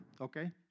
Okay